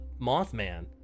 Mothman